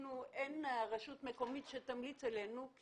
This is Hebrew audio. אין רשות מקומית שתמליץ עלינו.